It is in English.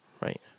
Right